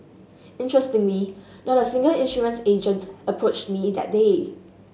interestingly not a single insurance agent approached me that day